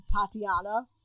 Tatiana